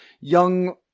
young